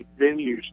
venues